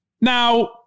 Now